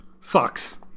sucks